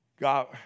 God